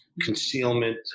concealment